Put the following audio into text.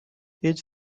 his